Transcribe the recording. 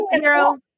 girl